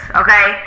okay